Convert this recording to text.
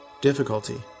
difficulty